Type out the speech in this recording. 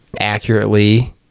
accurately